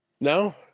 No